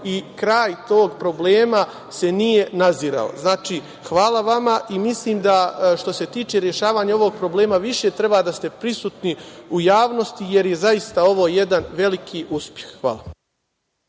i kraj tog problema se nije nazirao. Znači, hvala vama. Mislim da, što se tiče rešavanja ovog problema, više treba da ste prisutni u javnosti, jer je zaista ovo jedan veliki uspeh. Hvala.